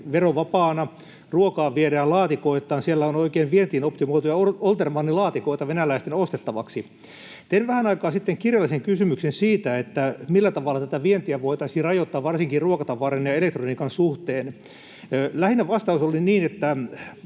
verovapaana, ruokaa viedään laatikoittain, siellä on oikein vientiin optimoituja Oltermanni-laatikoita venäläisten ostettavaksi. Tein vähän aikaa sitten kirjallisen kysymyksen siitä, millä tavalla tätä vientiä voitaisiin rajoittaa varsinkin ruokatavaran ja elektroniikan suhteen. Lähinnä vastaus oli niin, että